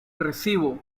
recibo